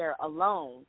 alone